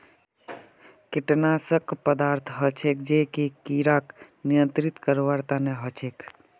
कीटनाशक पदार्थ हछेक जो कि किड़ाक नियंत्रित करवार तना हछेक